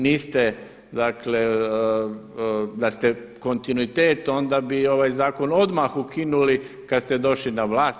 Niste, dakle da ste kontinuitet onda bi ovaj zakon odmah ukinuli kad ste došli na vlast.